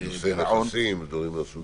כונסי נכסים ודברים מהסוג הזה.